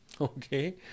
Okay